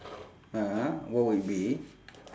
ah what would be